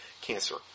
cancer